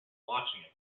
watching